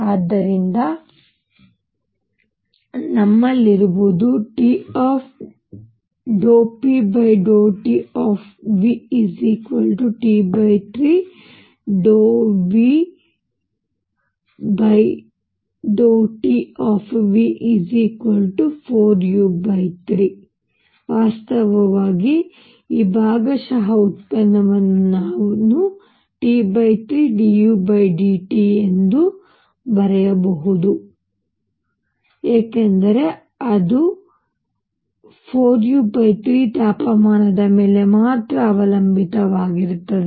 ಆದ್ದರಿಂದ ಈಗ ನಮ್ಮಲ್ಲಿರುವುದು T∂p∂TVT3u∂TV4u3 ವಾಸ್ತವವಾಗಿ ಈ ಭಾಗಶಃ ಉತ್ಪನ್ನವನ್ನು ನಾನು T3dudTಎಂದು ಸಹ ಬರೆಯಬಹುದು ಏಕೆಂದರೆ ಅದು ಈ 4u3 ತಾಪಮಾನದ ಮೇಲೆ ಮಾತ್ರ ಅವಲಂಬಿತವಾಗಿರುತ್ತದೆ